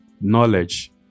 knowledge